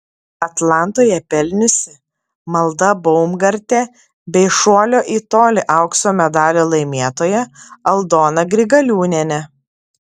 atlantoje pelniusi malda baumgartė bei šuolio į tolį aukso medalio laimėtoja aldona grigaliūnienė